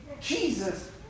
Jesus